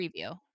preview